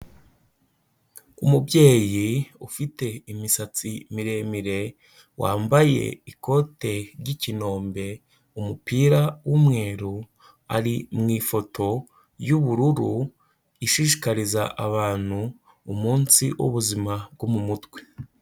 Umubyeyi ufite imisatsi miremire, wambaye ikote ry'ikinombe, umupira w'umweru, ari mu ifoto y'ubururu, ishishikariza abantu umunsi w'ubuzima bwo mu mutwe.